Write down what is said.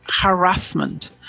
harassment